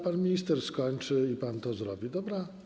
Pan minister skończy i pan to zrobi, dobra?